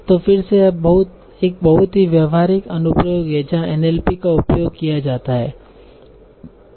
तो फिर से यह एक बहुत ही व्यावहारिक अनुप्रयोग है जहां एनएलपी का उपयोग किया जाता है